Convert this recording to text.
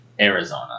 Arizona